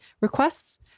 requests